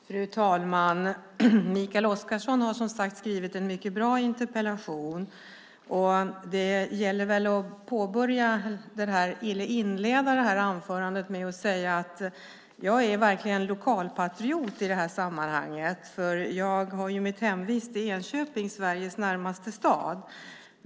Fru talman! Mikael Oscarsson har som sagt skrivit en mycket bra interpellation. Det gäller väl att inleda det här anförandet med att säga att jag verkligen är lokalpatriot i det här sammanhanget. Jag har ju mitt hemvist i Enköping, Sveriges närmaste stad.